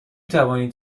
توانید